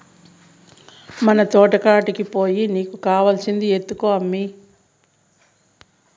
మన తోటకాడికి పోయి నీకు కావాల్సింది ఎత్తుకో అమ్మీ